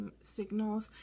signals